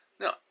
no